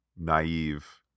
naive